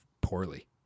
poorly